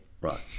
Right